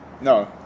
No